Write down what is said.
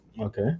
okay